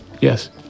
Yes